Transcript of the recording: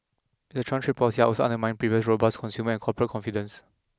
Mister Trump's trade policies are also undermining previously robust consumer and corporate confidence